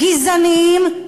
גזעניים,